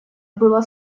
было